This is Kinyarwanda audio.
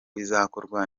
bizakorwa